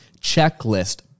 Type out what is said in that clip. checklist